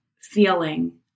feeling